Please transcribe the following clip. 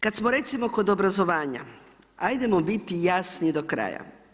Kad smo recimo kod obrazovanja, ajdemo biti jasni do kraja.